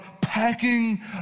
packing